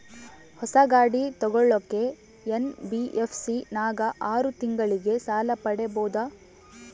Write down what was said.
ಹೊಸ ಗಾಡಿ ತೋಗೊಳಕ್ಕೆ ಎನ್.ಬಿ.ಎಫ್.ಸಿ ನಾಗ ಆರು ತಿಂಗಳಿಗೆ ಸಾಲ ಪಡೇಬೋದ?